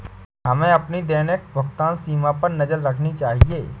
हमें अपनी दैनिक भुगतान सीमा पर नज़र रखनी चाहिए